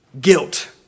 Guilt